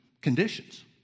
conditions